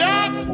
up